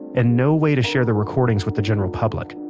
and no way to share the recordings with the general public.